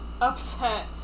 upset